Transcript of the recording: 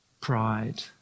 pride